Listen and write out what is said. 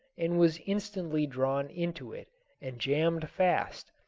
and was instantly drawn into it and jammed fast,